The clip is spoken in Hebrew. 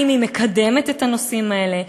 האם היא מקדמת את הנושאים האלה?